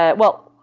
ah well,